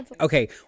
Okay